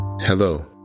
Hello